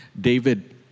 David